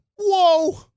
whoa